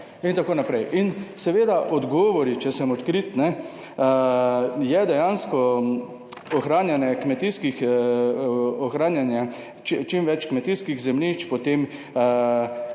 In tako naprej. In seveda odgovori, če sem odkrit, kajne, je dejansko ohranjanje kmetijskih, ohranjanje čim več kmetijskih zemljišč. Potem,